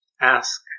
Ask